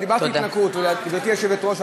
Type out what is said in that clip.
גברתי היושבת-ראש,